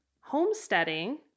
Homesteading